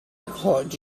acorns